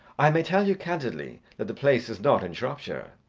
i may tell you candidly that the place is not in shropshire.